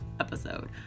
episode